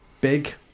Big